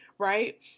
Right